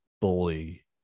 bully